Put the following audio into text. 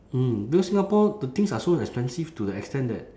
mm because singapore the things are so expensive to the extent that